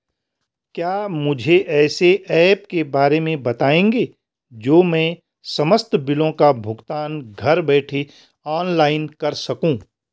क्या मुझे ऐसे ऐप के बारे में बताएँगे जो मैं समस्त बिलों का भुगतान घर बैठे ऑनलाइन कर सकूँ?